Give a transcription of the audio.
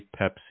Pepsi